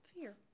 fear